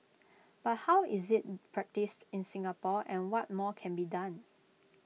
but how is IT practised in Singapore and what more can be done